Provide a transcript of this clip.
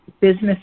business